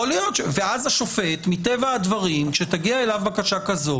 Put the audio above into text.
ואז השופט מטבע הדברים, כשתגיע אליו בקשה כזאת